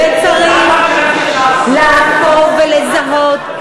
וצריך לעקוב ולזהות,